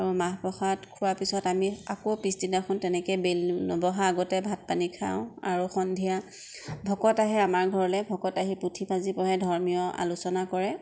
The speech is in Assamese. আৰু মাহ প্ৰসাদ খোৱা পিছত আমি আকৌ পিছদিনাখন তেনেকে বেলি নবহা আগতে ভাত পানী খাওঁ আৰু সন্ধিয়া ভকত আহে আমাৰ ঘৰলে ভকত আহি পুথি পাজি পঢ়ে ধৰ্মীয় আলোচনা কৰে